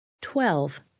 Twelve